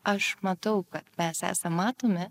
aš matau kad mes esam matomi